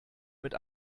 mit